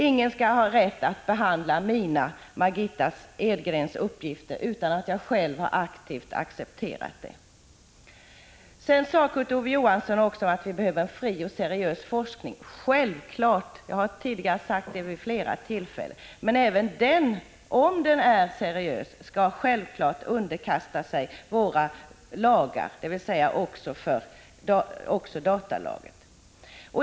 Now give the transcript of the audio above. Ingen skall ha rätt att behandla mina, Margitta Edgrens, uppgifter utan att jag själv har aktivt accepterat det. Kurt Ove Johansson sade också att vi behöver en fri och seriös forskning. Självklart — jag har tidigare sagt det vid flera tillfällen. Men även om forskningen är seriös skall den givetvis underkastas våra lagar och då även datalagen.